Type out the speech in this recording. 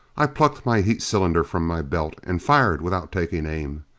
i plucked my heat cylinder from my belt, and fired without taking aim.